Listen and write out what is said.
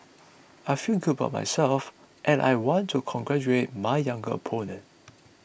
I feel good about myself and I want to congratulate my younger opponent